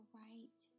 right